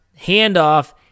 handoff